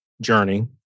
journey